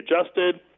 adjusted